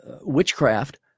Witchcraft